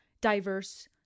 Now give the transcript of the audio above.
diverse